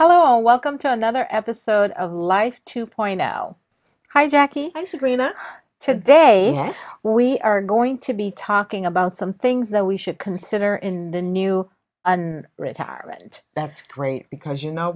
hello welcome to another episode of life to point out hi jackie i said raina today we are going to be talking about some things that we should consider in the new retirement that's great because you know